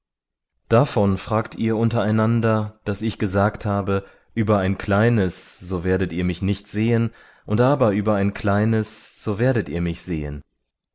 davon fragt ihr untereinander daß ich gesagt habe über ein kleines so werdet ihr mich nicht sehen und aber über ein kleines so werdet ihr mich sehen